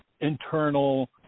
internal